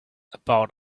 about